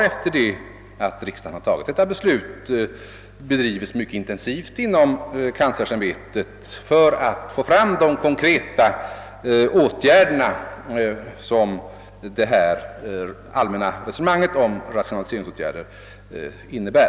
Efter riksdagens beslut har arbetet bedrivits mycket intensivt inom kanslersämbetet för att få fram de konkreta åtgärder som det allmänna resonemanget om rationalisering åsyftar.